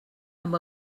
amb